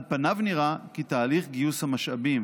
על פניו נראה כי תהליך גיוס המשאבים,